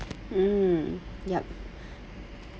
mm yup